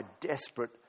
desperate